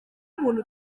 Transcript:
muntu